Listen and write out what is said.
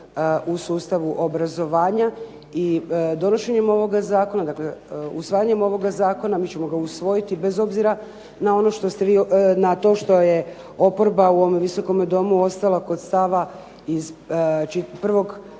u sustavu obrazovanja. I donošenjem ovoga zakona, usvajanjem ovoga zakona mi ćemo ga usvojiti na to što je oporba u ovom Visokom domu ostala kod stava iz prvog